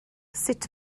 sut